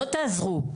לא תעזרו,